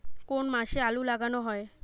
কোন মাসে আলু লাগানো হয়?